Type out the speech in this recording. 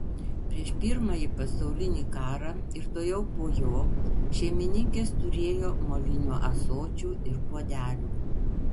prieš pirmąjį pasaulinį karą ir tuojau po jo šeimininkės turėjo molinių ąsočių ir puodelių